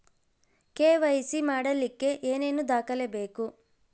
KYC ಮಾಡಲಿಕ್ಕೆ ಏನೇನು ದಾಖಲೆಬೇಕು?